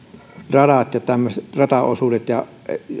radat ja tämmöiset rataosuudet ja